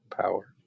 power